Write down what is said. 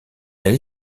elle